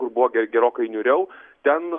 kur buvo ge gerokai niūriau ten